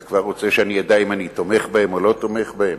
אתה כבר רוצה שאני אדע אם אני תומך בהן או לא תומך בהן?